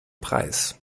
preis